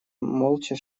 молча